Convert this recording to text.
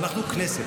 אנחנו כנסת,